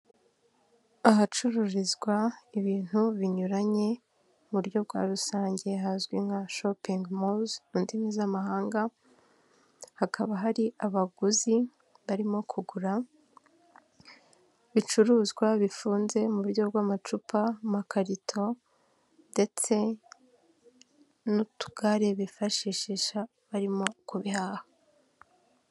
Ahacururizwa ibintu binyuranye mu buryo bwa rusange hazwi nka shopingi hawuse mu ndimi z'amahanga hakaba hari abaguzi barimo kugura ibicuruzwa bifunze mu buryo bw'amacupa mu makarito ndetse n'utugare bifashishisha barimo kubihaha.